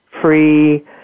free